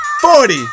Forty